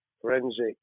forensic